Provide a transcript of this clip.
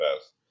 best